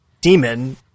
demon